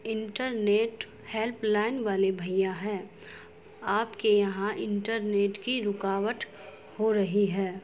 internet help line والے بھیا ہے آپ کے یہاں انٹرنیٹ کی رکاوٹ ہو رہی ہے